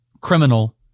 criminal